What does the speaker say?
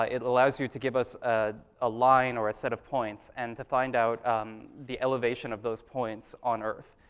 ah it allows you to give us ah a line or a set of points and to find out the elevation of those points on earth.